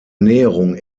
näherung